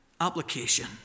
application